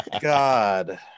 god